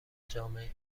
جامعه